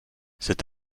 cet